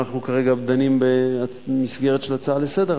אנחנו כרגע דנים במסגרת של הצעה לסדר-היום,